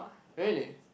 really